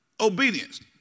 obedience